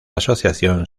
asociación